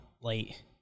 Late